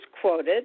quoted